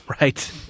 Right